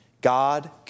God